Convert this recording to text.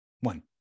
one